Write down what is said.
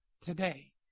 today